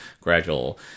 gradual